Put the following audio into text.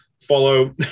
Follow